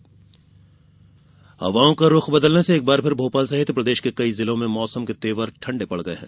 मौसम हवाओं का रूख बदलने से एक बार फिर भोपाल सहित प्रदेश के कई जिलों में मौसम के तेवर फिर ठंडे पड़ गये है